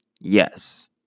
Yes